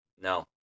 No